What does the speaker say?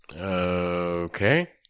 Okay